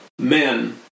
men